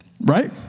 Right